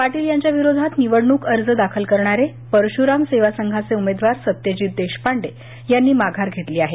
पाटील यांच्या विरोधात निवडणूक अर्ज दाखल करणारे परशु्राम सेवा संघाचे उमेदवार सत्यजीत देशपांडे यांनी माघार घेतली आहे